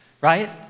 right